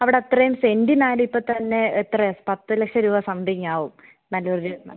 അവിടെ അത്രയും സെൻറിനായാലും ഇപ്പം തന്നെ എത്രയാണ് പത്ത് ലക്ഷം രൂപ സംതിങ്ങ് ആവും നല്ലൊരു ന